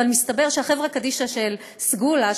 אבל מסתבר שהחברה קדישא של סגולה,